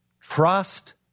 Trust